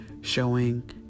showing